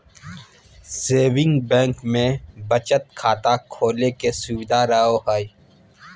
saving bank मे बचत खाता खोले के सुविधा रहो हय